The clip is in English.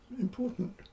important